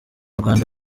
rwanda